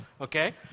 okay